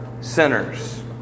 sinners